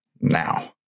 now